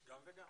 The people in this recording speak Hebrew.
גם וגם.